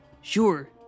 Sure